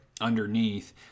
underneath